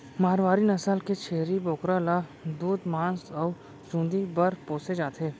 मारवारी नसल के छेरी बोकरा ल दूद, मांस अउ चूंदी बर पोसे जाथे